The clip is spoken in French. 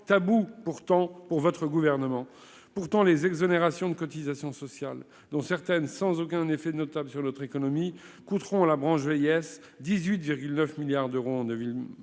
taboue pourtant pour votre gouvernement. Pourtant les exonérations de cotisations sociales dont certaines sans aucun effet notable sur notre économie coûteront la branche vieillesse 18 9 milliards d'euros en 2002